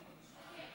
כאן.